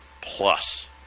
plus